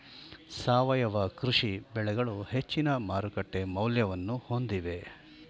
ಸಾವಯವ ಕೃಷಿ ಬೆಳೆಗಳು ಹೆಚ್ಚಿನ ಮಾರುಕಟ್ಟೆ ಮೌಲ್ಯವನ್ನು ಹೊಂದಿವೆ